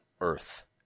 earth